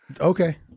Okay